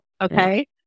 Okay